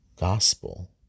gospel